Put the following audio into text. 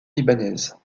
libanaise